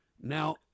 now